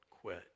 quit